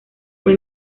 fue